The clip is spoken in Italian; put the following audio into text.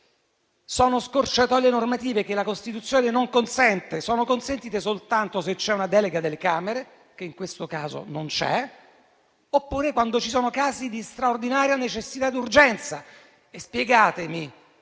Sono scorciatoie normative che la Costituzione non consente e sono consentite soltanto se c'è una delega delle Camere - in questo caso non c'è - oppure quando ci sono casi di straordinaria necessità e urgenza.